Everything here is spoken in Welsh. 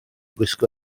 gwisgo